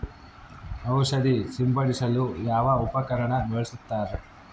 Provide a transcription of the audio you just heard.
ಔಷಧಿ ಸಿಂಪಡಿಸಲು ಯಾವ ಉಪಕರಣ ಬಳಸುತ್ತಾರೆ?